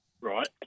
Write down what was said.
right